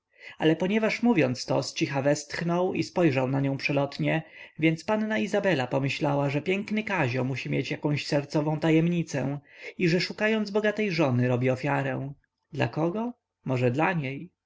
ale ponieważ mówiąc to zcicha westchnął i spojrzał na nią przelotnie więc panna izabela pomyślała że piękny kazio musi mieć jakąś sercową tajemnicę i że szukając bogatej żony robi ofiarę dla kogo może dla niej